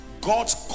God's